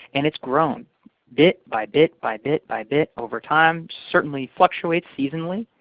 and it's grown bit by bit by bit by bit over time, certainly fluctuates seasonally,